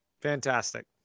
fantastic